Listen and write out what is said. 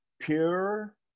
pure